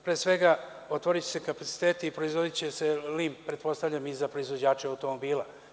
Pre svega, otvoriće se kapaciteti i proizvodiće se lim, pretpostavljam i za proizvođače automobila.